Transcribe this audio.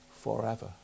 forever